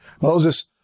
Moses